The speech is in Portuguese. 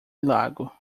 lago